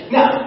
Now